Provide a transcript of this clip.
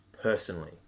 Personally